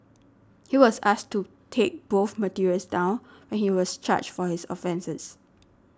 he was asked to take both materials down when he was charged for his offences